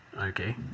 okay